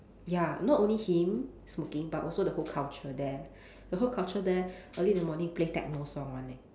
ya not only him smoking but also the whole culture there the whole culture there early in the morning play techno song [one] eh